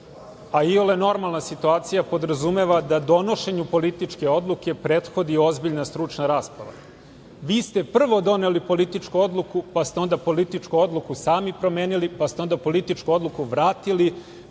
a iole normalna situacija podrazumeva da donošenju političke odluke prethodni ozbiljna stručna rasprava. Vi ste prvo doneli političku odluku, pa ste onda političku odluku sami promenili, pa ste onda političku odluku vratili,